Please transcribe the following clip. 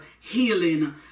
healing